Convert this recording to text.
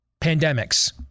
pandemics